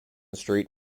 street